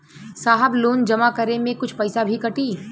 साहब लोन जमा करें में कुछ पैसा भी कटी?